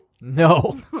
No